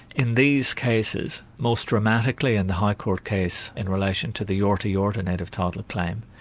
in these cases, most dramatically in the high court case, in relation to the yorta yorta native title claim,